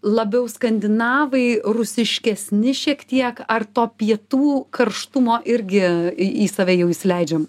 labiau skandinavai rusiškesni šiek tiek ar to pietų karštumo irgi į save jau įsileidžiam